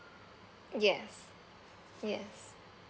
yes yes